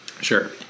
Sure